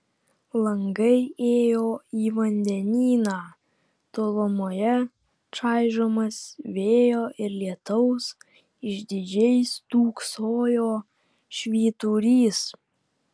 langai ėjo į vandenyną tolumoje čaižomas vėjo ir lietaus išdidžiai stūksojo švyturys